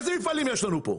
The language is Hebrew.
איזה מפעלים יש לנו פה?